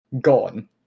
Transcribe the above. Gone